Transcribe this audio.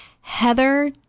Heather